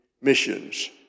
missions